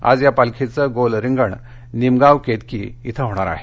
आज या पालखीचं गोल रिंगण निमगाव केतकी इथं होईल